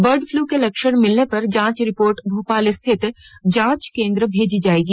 bird flu के लक्षण मिलने पर जांच रिपोर्ट भेपाल स्थित जांच केन्द्र को भेजी जाएगी